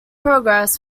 progress